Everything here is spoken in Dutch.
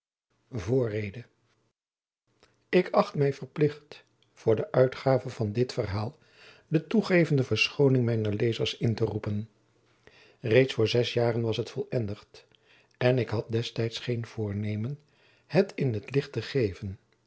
voorrede ik acht mij verplicht voor de uitgave van dit verhaal de toegevende verschoning mijner lezers in te roepen reeds voor zes jaren was het volendigd en ik had destijds geen voornemen het in t licht te geven